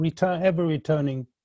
ever-returning